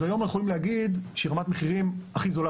אז ה יום יכולים להגיד שרמת המחירים היא הכי זולה